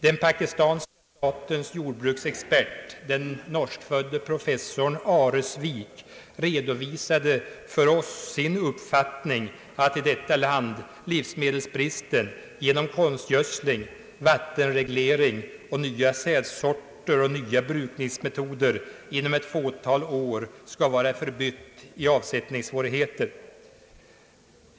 Den pakistanska statens jordbruksexpert, den norskfödde professorn Aresvik, redovisade för oss sin uppfattning att i detta land livsmedelsbristen genom konstgödsling, vattenreglering, nya sädessorter och nya brukningsmetoder inom ett fåtal år skall vara förbytt i avsättningssvårigheter.